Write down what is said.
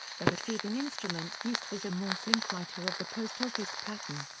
the receiving instrument used was a morse inkwriter of the post office pattern.